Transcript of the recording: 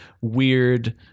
weird